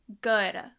good